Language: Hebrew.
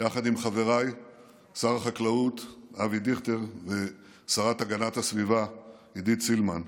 ביחד עם חבריי שר החקלאות אבי דיכטר ושרת הגנת הסביבה עידית סילמן.